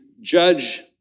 judge